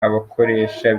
abakoresha